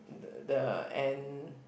the and